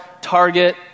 Target